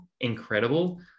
Incredible